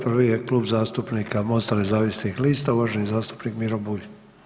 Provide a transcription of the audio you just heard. Prvi je Kluba zastupnika Mosta nezavisnih lista, uvaženi zastupnik Miro Bulj.